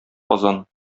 казан